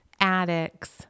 addicts